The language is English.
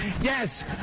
Yes